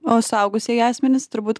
o suaugusieji asmenys turbūt